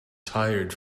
tired